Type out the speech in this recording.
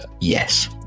Yes